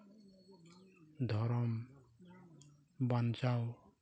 ᱫᱷᱚᱨᱚᱢ ᱵᱟᱧᱪᱟᱣ